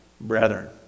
brethren